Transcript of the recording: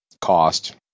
cost